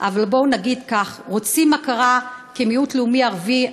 אבל בואו נגיד כך: רוצים הכרה כמיעוט לאומי ערבי,